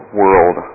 world